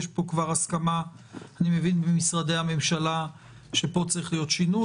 אני מבין שכבר יש פה הסכמה במשרדי הממשלה שפה צריך להיות שינוי.